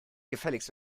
gefälligst